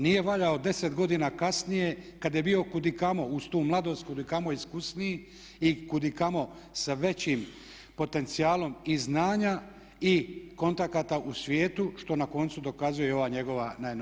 Nije valjao 10 godina kasnije kada je bio kudikamo, uz tu mladost, kudikamo iskusniji i kudikamo sa većim potencijalom i znanja i kontakata u svijetu što na koncu dokazuje i ova njegova najnovija funkcija.